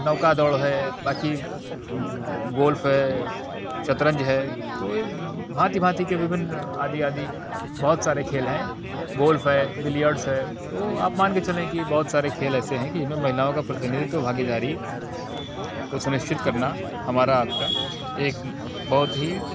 नौका दौड़ है बाकि गोल्फ है शतरंज है कोई भाँति भाँति के विभिन्न आदि आदि बहुत सारे खेल हैं गोल्फ हैं बिलियर्ड्स है तो आप मान के चलें कि बहुत सारे खेल ऐसे हैं कि जिनमे महिलाओं का प्रतिनिधित्व भागीदारी को सुनिश्चित करना हमारा आपका एक बहुत ही